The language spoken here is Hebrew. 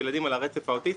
הילדים על הרצף האוטיסטי.